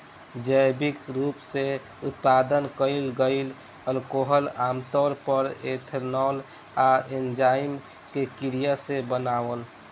जैविक रूप से उत्पादन कईल गईल अल्कोहल आमतौर पर एथनॉल आ एन्जाइम के क्रिया से बनावल